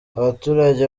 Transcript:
abaturage